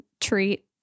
treat